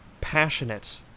Passionate